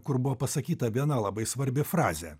kur buvo pasakyta viena labai svarbi frazė